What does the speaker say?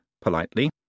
politely